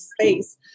space